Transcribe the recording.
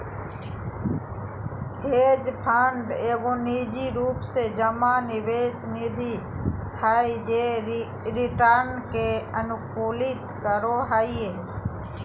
hedge fund एगो निजी रूप से जमा निवेश निधि हय जे रिटर्न के अनुकूलित करो हय